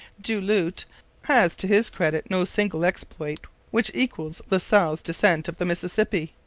du lhut has to his credit no single exploit which equals la salle's descent of the mississippi,